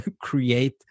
create